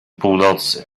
północy